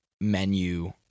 menu